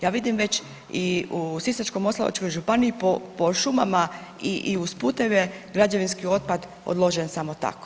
Ja vidim već i u Sisačko-moslavačkoj županiji po šumama i uz puteve građevinski otpad odložen samo tako.